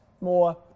more